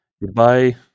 Goodbye